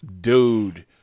Dude